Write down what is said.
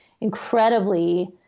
incredibly